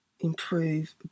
improve